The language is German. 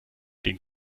den